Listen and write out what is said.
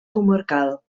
comarcal